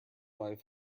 life